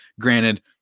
granted